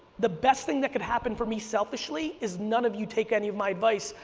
the best thing that could happen for me selfishly is none of you take any of my advice,